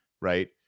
right